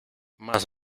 más